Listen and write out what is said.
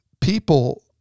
People